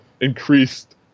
increased